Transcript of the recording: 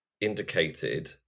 indicated